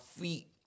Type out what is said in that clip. feet